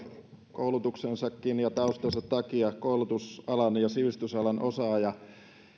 koulutuksensakin ja taustansa takia koulutusalan ja sivistysalan osaaja